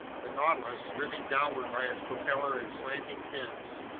the nautilus, driven downward by its propeller and slanting fins,